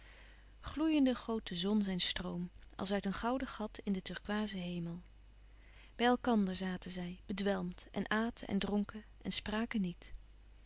goot de zon zijn stroom als uit een gouden gat in den turkooizen hemel bij elkander zaten zij bedwelmd en aten en dronken en spraken niet